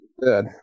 good